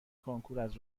کنکوراز